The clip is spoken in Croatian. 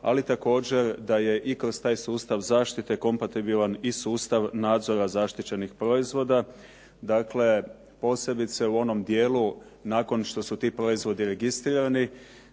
ali također da je i kroz taj sustav zaštite kompatibilan i sustav nadzora zaštićenih proizvoda, dakle posebice u onom dijelu nakon što su ti proizvodi registrirani.